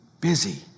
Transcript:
busy